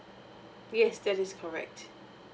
yes that is correct